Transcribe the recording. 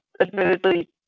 admittedly